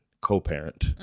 co-parent